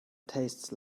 tastes